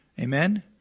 Amen